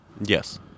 Yes